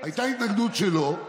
הייתה התנגדות שלו,